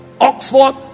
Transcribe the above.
oxford